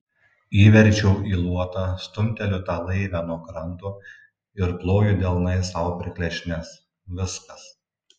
įverčiu į luotą stumteliu tą laivę nuo kranto ir ploju delnais sau per klešnes viskas